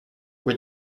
were